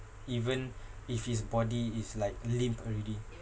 even if his body is like limp already